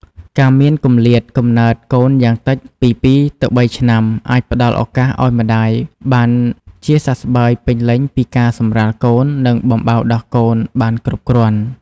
ការមានគម្លាតកំណើតកូនយ៉ាងតិចពី ២ ទៅ ៣ ឆ្នាំ អាចផ្តល់ឱកាសឲ្យម្តាយបានជាសះស្បើយពេញលេញពីការសម្រាលកូន និងបំបៅដោះកូនបានគ្រប់គ្រាន់។